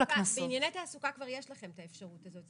בענייני תעסוקה כבר יש לכם האפשרות הזאת.